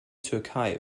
türkei